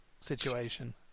situation